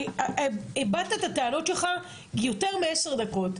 הבעת את הטענות שלך יותר מעשר דקות.